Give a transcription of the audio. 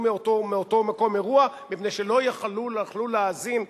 מאותו מקום אירוע מפני שלא יכלו להאזין,